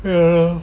ya